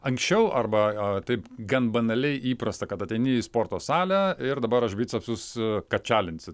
anksčiau arba o taip gan banaliai įprasta kad ateini į sporto salę ir dabar aš bicepsus kačialinsiu